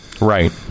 right